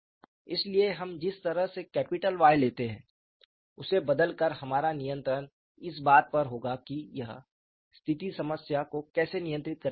इसलिए हम जिस तरह से कैपिटल Y लेते हैं उसे बदलकर हमारा नियंत्रण इस बात पर होगा कि यह स्थिति समस्या को कैसे नियंत्रित करने वाली है